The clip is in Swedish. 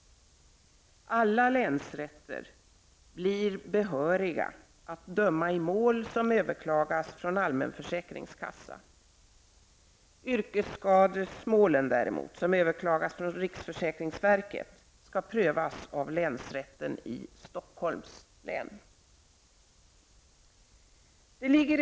Alla länsrätter blir behöriga att döma i mål som överklagas från allmän försäkringskassa. Yrkesskademålen som överklagas från riksförsäkringsverket skall däremot prövas av länsrätten i Stockholms län. Herr talman!